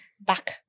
back